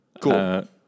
Cool